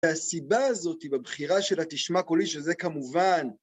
והסיבה הזאת היא בבחירה של "התשמע קולי", שזה כמובן...